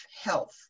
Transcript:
health